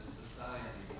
society